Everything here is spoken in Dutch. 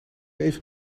even